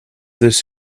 this